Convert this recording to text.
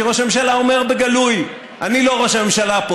כי ראש הממשלה אומר בגלוי: אני לא ראש הממשלה פה,